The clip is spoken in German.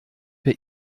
per